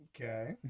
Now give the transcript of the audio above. Okay